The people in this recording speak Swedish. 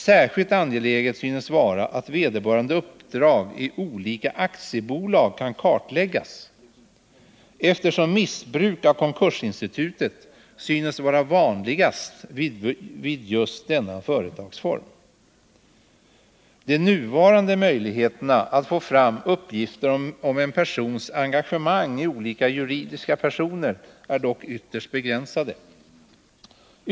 Särskilt angeläget synes vara att vederbörandes uppdrag i olika aktiebolag kan kartläggas, eftersom missbruk av konkursinstitutet synes vara vanligast vid just denna företagsform. De nuvarande möjligheterna att få fram uppgifter om en persons engagemang i olika juridiska personer är dock ytterst begränsade.